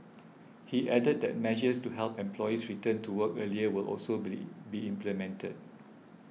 he added that measures to help and employees return to work earlier will also be implemented